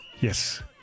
Yes